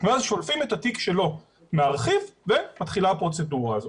ואז שולפים את התיק שלו מהארכיב ומתחילה הפרוצדורה הזאת.